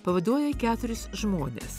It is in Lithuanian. pavaduoja keturis žmones